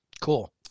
Cool